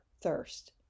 thirst